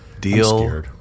Deal